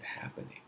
happening